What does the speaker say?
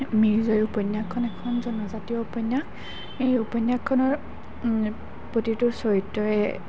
মিৰি জীয়ৰী উপন্যাসখন এখন জনজাতীয় উপন্যাস এই উপন্যাসখনৰ প্ৰতিটো চৰিত্ৰই